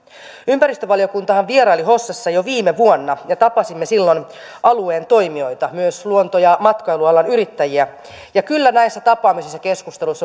ympäristövaliokuntahan vieraili hossassa jo viime vuonna ja tapasimme silloin alueen toimijoita myös luonto ja matkailualan yrittäjiä ja kyllä näissä tapaamisissa ja keskusteluissa